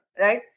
right